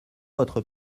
votre